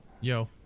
Yo